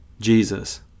Jesus